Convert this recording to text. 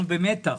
אנחנו במתח.